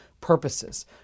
purposes